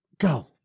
Go